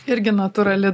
irgi natūrali